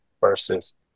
versus